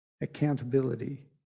accountability